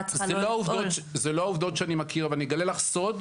צריכה --- זה לא העובדות שאני מכיר אבל אני אגלה לך סוד.